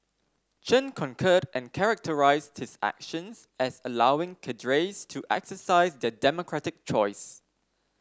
chen concurred and characterised his actions as allowing cadres to exercise their democratic choice